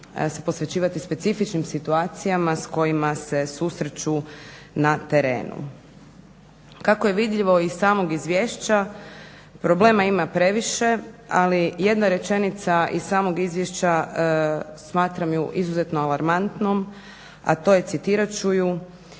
se posvećivati specifičnim situacijama s kojima se susreću na terenu. Kako je vidljivo iz samog izvješća problema ima previše, ali jedna rečenica iz samog izvješća smatram ju izuzetno alarmantnom, a to je, citirat ću ju: